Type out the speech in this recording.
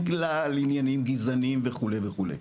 בגלל עניינים גזעניים וכו' וכו'.